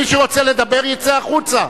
מי שרוצה לדבר יצא החוצה.